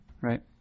right